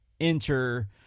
enter